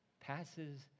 passes